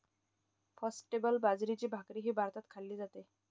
foxtail बाजरीची भाकरीही भारतात खाल्ली जाते